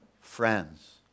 friends